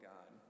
God